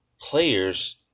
players